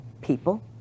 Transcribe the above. People